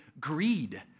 greed